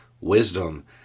wisdom